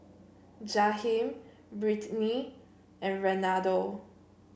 Jaheem Brittni and Renaldo